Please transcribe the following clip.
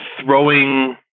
throwing